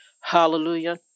Hallelujah